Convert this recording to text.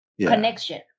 connection